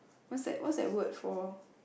what's that what's that word for